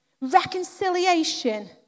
Reconciliation